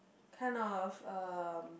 kind of um